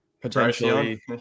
potentially